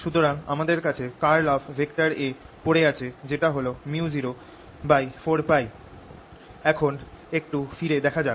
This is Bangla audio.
সুতরাং আমাদের কাছে কার্ল অফ A পড়ে আছে যেটা হল µ04π এখন একটু ফিরে দেখা যাক